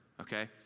okay